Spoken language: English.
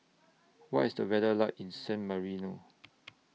What IS The weather like in San Marino